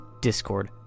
Discord